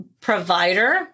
provider